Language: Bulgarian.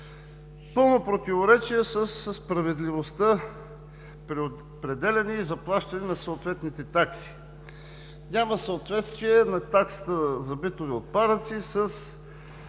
пълно противоречие със справедливостта при определяне и заплащане на съответните такси. Няма съответствие на таксите за битови отпадъци и